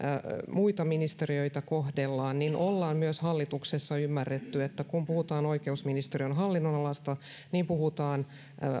muita ministeriöitä kohdellaan niin tässä on nyt tehty niin että ollaan myös hallituksessa ymmärretty että kun puhutaan oikeusministeriön hallinnonalasta puhutaan